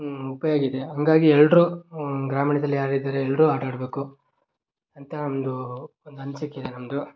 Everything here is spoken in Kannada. ಉಪಯೋಗ ಇದೆ ಹಂಗಾಗಿ ಎಲ್ಲರೂ ಗ್ರಾಮೀಣದಲ್ಲಿ ಯಾರಿದ್ದಾರೆ ಎಲ್ಲರೂ ಆಟಾಡ್ಬೇಕು ಅಂತ ಒಂದು ಒಂದು ಅನ್ಸಿಕಿದೆ ನಂದು